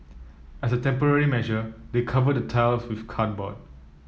as a temporary measure they covered the tiles with cardboard